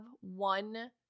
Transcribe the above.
one